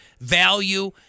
value